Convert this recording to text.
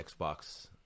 Xbox